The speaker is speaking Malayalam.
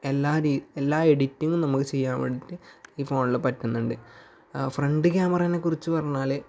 എല്ലാ എല്ലാ എഡിറ്റിംഗും നമുക്ക് ചെയ്യാൻ വേണ്ടിയിട്ട് ഈ ഫോണിൽ പറ്റുന്നുണ്ട് ഫ്രണ്ട് ക്യാമറേനെ കുറിച്ച് പറഞ്ഞാൽ